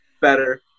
better